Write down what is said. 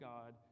God